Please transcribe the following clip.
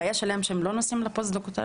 הבעיה שלהם שהם לא נוסעים לפוסט-דוקטורט,